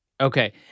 Okay